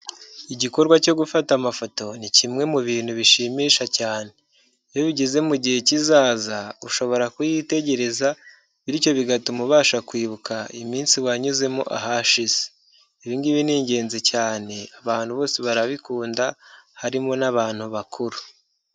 Igikorwa cyo gufata amafoto, ni kimwe mu bintu bishimisha cyane, iyo bigeze mu gihe kizaza, ushobora kuyitegereza bityo bigatuma ubasha kwibuka iminsi wanyuzemo ahashize, ibi ngibi ni ingenzi cyane, abantu bose barabikunda harimo n'abantu bakuru.